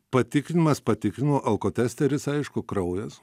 patikrinimas patikrino alkotesteris aišku kraujas